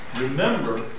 remember